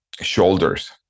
shoulders